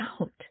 out